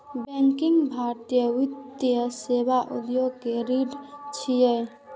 banking भारतीय वित्तीय सेवा उद्योग के रीढ़ छियै